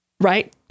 right